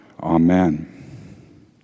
Amen